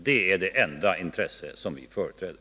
Det är det enda intresse vi företräder.